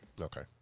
Okay